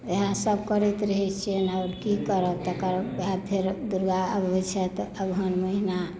वएह सभ करैत रहै छियनि आर की करब तकर बाद फेर दुर्गा अबै छथि अगहन महिना